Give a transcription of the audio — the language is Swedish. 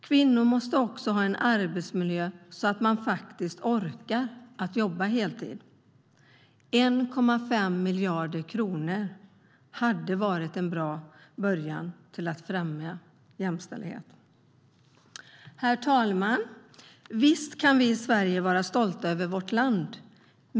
Kvinnor måste också ha en sådan arbetsmiljö att de faktiskt orkar jobba heltid.1,5 miljarder kronor till att främja jämställdhet hade varit en bra början. Herr talman! Visst kan vi i Sverige vara stolta över vårt land.